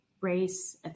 race